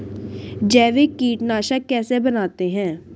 जैविक कीटनाशक कैसे बनाते हैं?